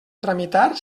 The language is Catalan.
tramitar